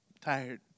tired